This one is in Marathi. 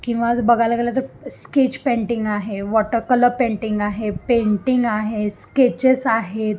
किंवा जर बगायला गेलं तर स्केच पेंटिंग आहे वॉटर कलर पेंटिंग आहे पेंटिंग आहे स्केचेस आहेत